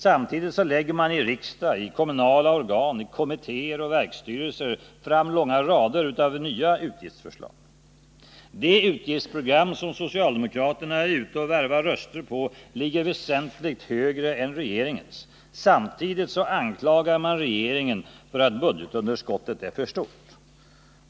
Samtidigt lägger man i riksdag, kommunala organ, kommittéer och verksstyrelser fram långa rader av nya utgiftsförslag. Det utgiftsprogram som socialdemokraterna är ute och värvar röster på ligger väsentligt högre än regeringens. Samtidigt anklagar man regeringen för att budgetunderskottet är för stort.